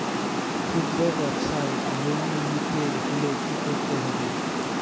খুদ্রব্যাবসায় লোন নিতে হলে কি করতে হবে?